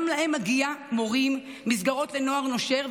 גם להם מגיעים מורים, מסגרות לנוער נושר.